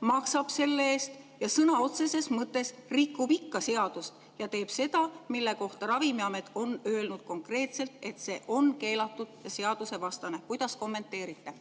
maksab selle eest ja sõna otseses mõttes rikub ikka seadust ja teeb seda, mille kohta Ravimiamet on öelnud konkreetselt, et see on keelatud ja seadusevastane. Kuidas kommenteerite?